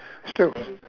still